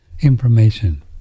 information